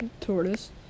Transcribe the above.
tortoise